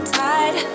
tide